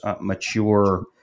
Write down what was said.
mature